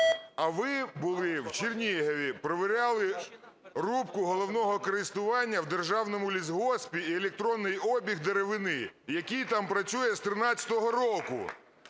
А ви були в Чернігові, перевіряли рубку головного користування в державному лісгоспі і електронний обіг деревини, який там працює з 2013 року.